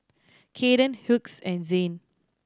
Caden Hughes and Zain